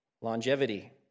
longevity